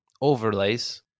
overlays